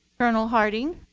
colonel harding,